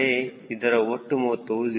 15 ಆದರೆ ಅದರ ಒಟ್ಟು ಮೊತ್ತವೂ 0